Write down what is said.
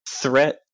threat